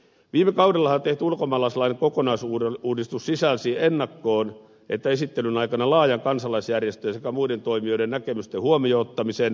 viime kaudella tehty ulkomaalaislain kokonaisuudistus sisälsi sekä ennakkoon että esittelyn aikana laajan kansalaisjärjestöjen sekä muiden toimijoiden näkemysten huomioon ottamisen